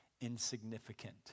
insignificant